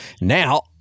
now